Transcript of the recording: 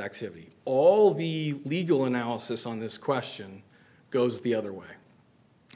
activity all the legal analysis on this question goes the other way